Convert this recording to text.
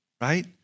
Right